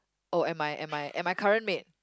oh and my and my and my current maid